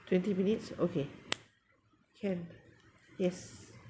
twenty minutes okay can yes